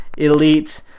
elite